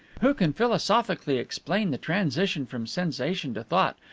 who can philosophically explain the transition from sensation to thought,